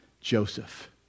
Joseph